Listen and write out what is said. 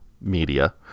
media